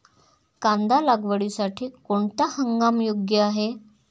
कांदा लागवडीसाठी कोणता हंगाम योग्य आहे?